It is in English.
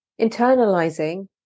internalizing